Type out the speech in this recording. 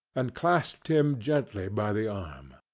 and clasped him gently by the arm.